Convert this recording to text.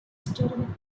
staring